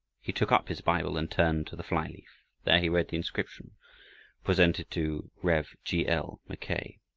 he took up his bible and turned to the fly-leaf. there he read the inscription presented to rev. g. l. mackay